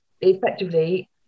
effectively